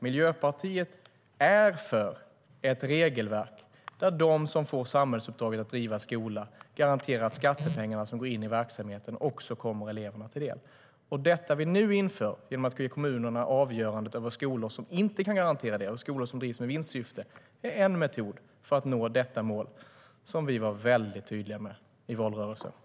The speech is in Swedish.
Miljöpartiet är däremot för ett regelverk där de som får samhällsuppdraget att driva skola garanterar att skattepengarna som går in i verksamheterna också kommer eleverna till del. Det vi nu inför genom att ge kommunerna avgörandet över skolor som inte kan garantera det och skolor som drivs med vinstsyfte är en metod för att nå detta mål som vi var väldigt tydliga med i valrörelsen.